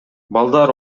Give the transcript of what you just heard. балдар